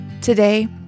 Today